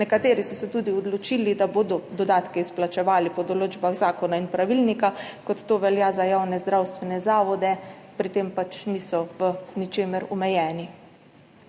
Nekateri so se tudi odločili, da bodo dodatke izplačevali po določbah zakona in pravilnika, kot to velja za javne zdravstvene zavode, pri tem pač niso v ničemer omejeni.